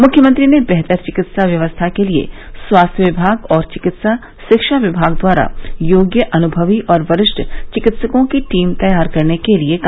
मुख्यमंत्री ने बेहतर चिकित्सा व्यवस्था के लिये स्वास्थ्य विभाग और चिकित्सा शिक्षा विभाग द्वारा योग्य अनुभवी और वरिष्ठ चिकित्सकों की टीम तैयार करने के लिये कहा